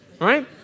right